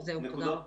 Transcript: תודה.